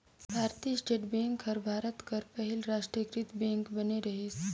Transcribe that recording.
भारतीय State Bank हर भारत कर पहिल रास्टीयकृत बेंक बने रहिस